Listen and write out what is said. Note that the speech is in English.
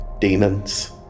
demons